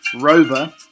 rover